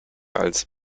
als